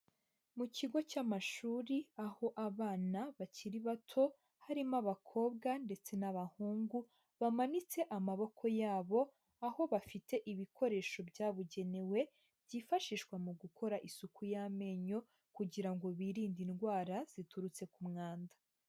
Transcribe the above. Mu kigo cy'amashuri aho abana bakiri bato, harimo abakobwa ndetse n'abahungu bamanitse amaboko yabo, aho bafite ibikoresho byabugenewe byifashishwa mu gukora isuku y'amenyo kugira ngo birinde indwara ziturutse ku mwanda.